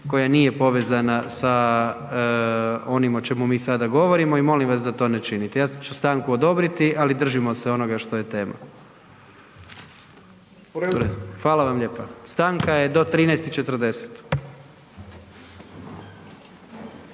koja nije povezana sa onim o čemu mi sada govorimo i molim vas da to ne činite, ja ću stanku odobriti, ali držimo se onoga što je tema. Hvala vam lijepa. Stanka je do 13 i 40.